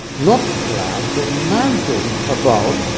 not clad, but mantled about,